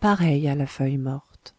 pareil à la feuille morte